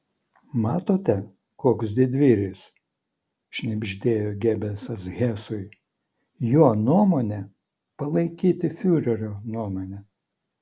matote koks didvyris šnibždėjo gebelsas hesui jo nuomonė palaikyti fiurerio nuomonę